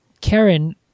Karen